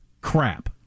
crap